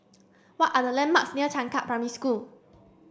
what are the landmarks near Changkat Primary School